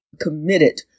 committed